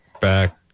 back